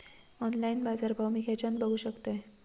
Online बाजारभाव मी खेच्यान बघू शकतय?